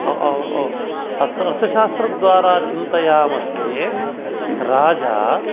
अत अर्थशास्त्रद्वारा चिन्तयामश्चेत् राजा